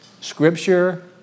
Scripture